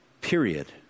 Period